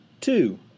Two